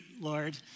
Lord